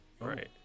Right